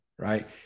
Right